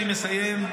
אני מסיים,